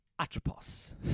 Atropos